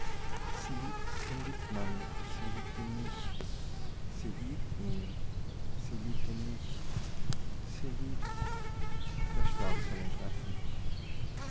sie liebt den wittmann se liebt ihn nicht se liebt ihn se liebt ihn nicht se liebt der schlag soll ihn treffen